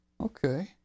Okay